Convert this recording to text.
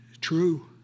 True